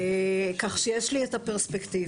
כך שיש לי את הפרספקטיבה.